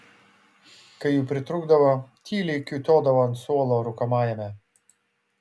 kai jų pritrūkdavo tyliai kiūtodavo ant suolo rūkomajame